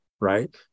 right